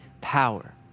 power